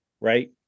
right